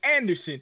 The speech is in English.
Anderson